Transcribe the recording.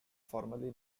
formerly